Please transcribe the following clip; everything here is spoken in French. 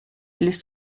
les